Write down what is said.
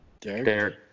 Derek